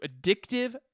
addictive